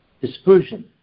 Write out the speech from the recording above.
dispersion